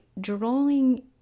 drawing